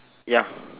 ya